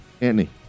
Anthony